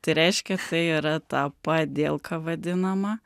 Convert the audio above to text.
tai reiškia tai yra ta padielka vadinama